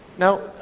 now,